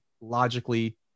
logically